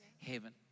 heaven